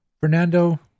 Fernando